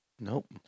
Nope